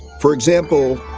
for example,